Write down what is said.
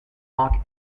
rock